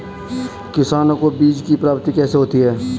किसानों को बीज की प्राप्ति कैसे होती है?